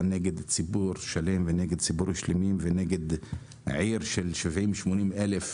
נגד ציבור שלם ונגד ציבורים שלמים ונגד עיר של 70 80 אלף,